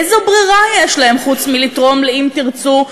איזו ברירה יש להם חוץ מלתרום ל"אם תרצו"